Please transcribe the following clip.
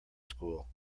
school